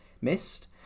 missed